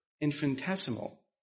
infinitesimal